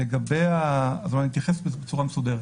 אני אתייחס לזה בצורה מסודרת.